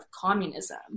communism